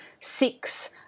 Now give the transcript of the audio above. six